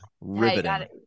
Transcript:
Riveting